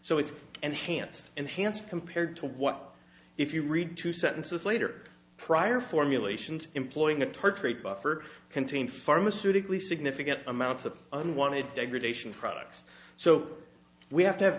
so it's and hants enhanced compared to what if you read two sentences later prior formulations employing a perpetrate buffer contain pharmaceutically significant amounts of unwanted degradation products so we have to have